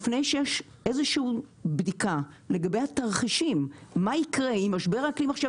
לפני שיש איזשהו בדיקה לגבי התרחישים מה ייקרה אם משבר האקלים עכשיו